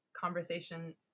conversation